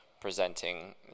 presenting